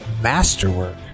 masterwork